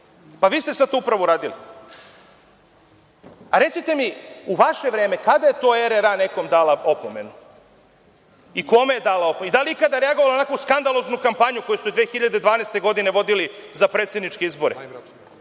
Pa, vi ste sad to upravo uradili. Recite mi, u vaše vreme, kada je to RRA nekom dala opomenu? Kome je dala opomenu? Da li je ikada reagovala na onako skandaloznu kampanju koju ste 2012. godine vodili za predsedničke izbore?